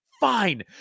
fine